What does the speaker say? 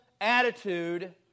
attitude